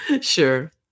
Sure